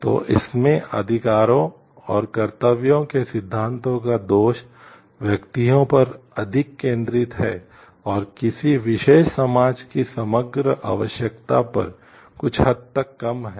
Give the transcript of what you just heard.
तो इसमें अधिकारों और कर्तव्यों के सिद्धांतों का दोष व्यक्तियों पर अधिक केंद्रित है और किसी विशेष समाज की समग्र आवश्यकता पर कुछ हद तक कम है